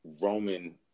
Roman